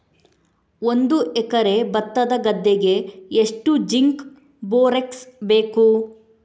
ಒಂದು ಎಕರೆ ಭತ್ತದ ಗದ್ದೆಗೆ ಎಷ್ಟು ಜಿಂಕ್ ಬೋರೆಕ್ಸ್ ಬೇಕು?